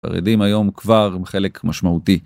החרדים היום כבר חלק משמעותי.